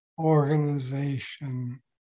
organization